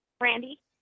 Randy